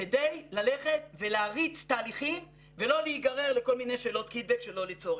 כדי ללכת ולהריץ תהליכים ולא להיגרר לכל מיני שאלות קיטבג שלא לצורך,